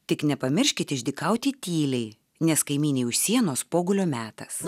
tik nepamirškit išdykauti tyliai nes kaimynei už sienos pogulio metas